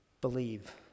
Believe